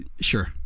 Sure